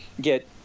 get